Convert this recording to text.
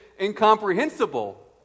incomprehensible